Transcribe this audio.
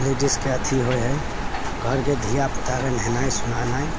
लेडिसके अथी होय हय घरके धिआपुताके नहेनाइ सोहेनाइ